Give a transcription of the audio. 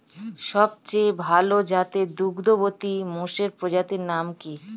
সবচেয়ে ভাল জাতের দুগ্ধবতী মোষের প্রজাতির নাম কি?